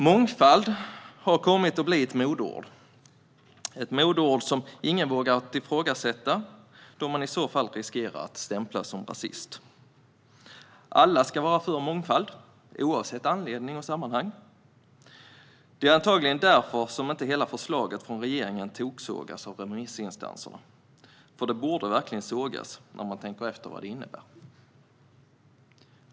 Mångfald har kommit att bli ett modeord som ingen vågar ifrågasätta, då man i så fall riskerar att stämplas som rasist. Alla ska vara för mångfald, oavsett anledning och sammanhang. Det är antagligen därför som inte hela förslaget från regeringen toksågas av remissinstanserna. Det borde verkligen sågas, när man tänker efter vad det innebär.